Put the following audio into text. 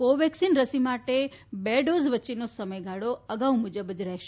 કોવેક્સિન રસી માટે બે ડોઝ વચ્ચેનો સમયગાળો અગાઉ મુજબ જ રહેશે